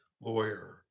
lawyer